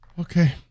Okay